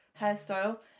hairstyle